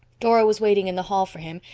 dora was waiting in the hall for him,